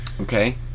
Okay